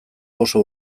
oso